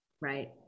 Right